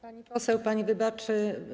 Pani poseł, pani wybaczy.